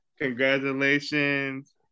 congratulations